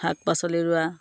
শাক পাচলিৰ ৰোৱা